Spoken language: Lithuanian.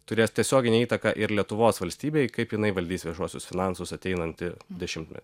turės tiesioginę įtaką ir lietuvos valstybei kaip jinai valdys viešuosius finansus ateinantį dešimtmetį